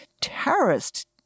terrorist